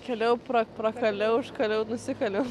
kaliau pra prakaliau užkaliau nusikaliau